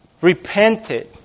repented